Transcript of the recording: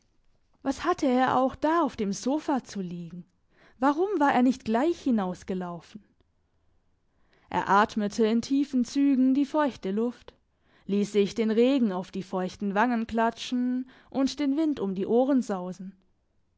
was hatte er auch da auf dem sofa zu liegen warum war er nicht gleich hinausgelaufen er atmete in tiefen zügen die feuchte luft liess sich den regen auf die feuchten wangen klatschen und den wind um die ohren sausen